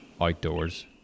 outdoors